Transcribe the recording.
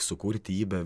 sukurti jį be